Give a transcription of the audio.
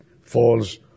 falls